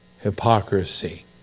hypocrisy